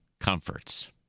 Comforts